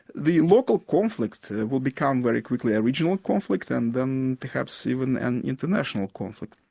the local conflict will become very quickly a regional and conflict and then perhaps even an international conflict.